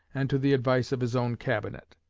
and to the advice of his own cabinet.